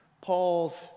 Paul's